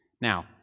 Now